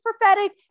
prophetic